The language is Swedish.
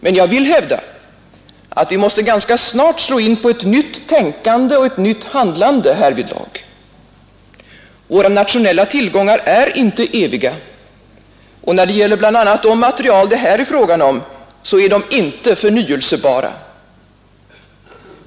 Men jag vill hävda att vi ganska snart måste slå in på ett nytt tänkande och ett nytt handlande därvidlag. Våra nationella tillgångar är inte eviga och, när det gäller bl.a. de material det här är fråga om, inte förnyelsebara.